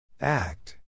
Act